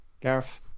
Gareth